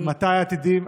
מתי העתידיים?